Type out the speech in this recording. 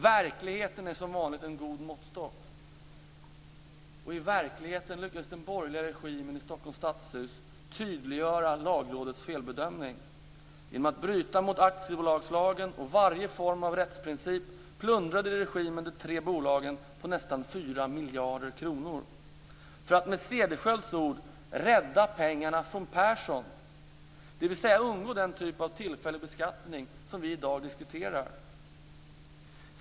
Verkligheten är som vanligt en god måttstock, och i verkligheten lyckades den borgerliga regimen i Stockholms stadshus tydliggöra Lagrådets felbedömning. Genom att bryta mot aktiebolagslagen och varje form av rättsprincip plundrade regimen de tre bolagen på nästan 4 miljarder kronor för att, med Cederschiölds ord, rädda pengarna från Persson - dvs. undgå den typ av tillfällig beskattning som vi i dag diskuterar.